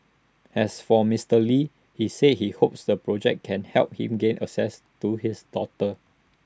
as for Mister lee he said he hopes the project can help him gain access to his daughter